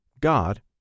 God